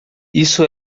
isso